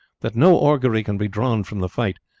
that no augury can be drawn from the fight,